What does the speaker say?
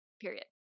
Period